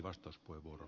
arvoisa puhemies